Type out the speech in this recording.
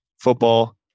football